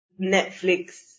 Netflix